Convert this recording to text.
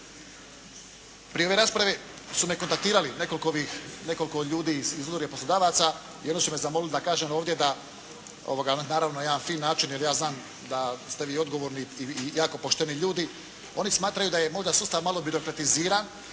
Prije ove rasprave su me kontaktirali nekoliko ljudi iz Udruge poslodavaca i onda su me zamolili da kažem ovdje da, na naravno jedan fin način jer ja znam da ste vi odgovorni i jako pošteni ljudi, oni smatraju da je možda sustav malo birokratiziran